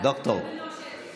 אז תּמֵנוֹ שֵׁטֵה.